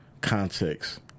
context